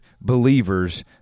believers